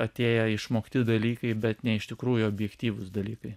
atėję išmokti dalykai bet ne iš tikrųjų objektyvūs dalykai